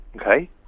Okay